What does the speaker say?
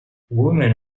women